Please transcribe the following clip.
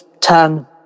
turn